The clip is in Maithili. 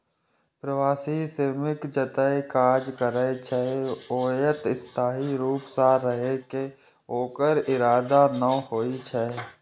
प्रवासी श्रमिक जतय काज करै छै, ओतय स्थायी रूप सं रहै के ओकर इरादा नै होइ छै